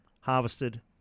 harvested